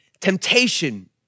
temptation